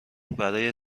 برای